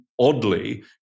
oddly